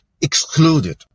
excluded